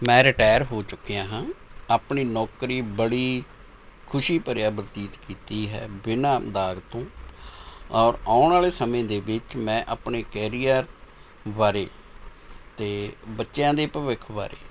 ਮੈਂ ਰਿਟਾਇਰ ਹੋ ਚੁੱਕਿਆ ਹਾਂ ਆਪਣੀ ਨੌਕਰੀ ਬੜੀ ਖੁਸ਼ੀ ਭਰਿਆ ਬਤੀਤ ਕੀਤੀ ਹੈ ਬਿਨਾਂ ਦਾਗ ਤੋਂ ਔਰ ਆਉਣ ਵਾਲ਼ੇ ਸਮੇਂ ਦੇ ਵਿੱਚ ਮੈਂ ਆਪਣੇ ਕੈਰੀਅਰ ਬਾਰੇ ਅਤੇ ਬੱਚਿਆਂ ਦੇ ਭਵਿੱਖ ਬਾਰੇ